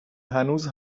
هنوز